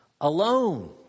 alone